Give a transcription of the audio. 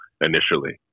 initially